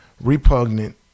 repugnant